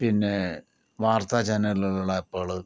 പിന്നെ വാർത്താ ചാനലുകളുള്ള ആപ്പുകള്